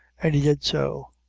and he did so.